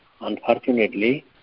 Unfortunately